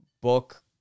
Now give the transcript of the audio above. book